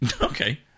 Okay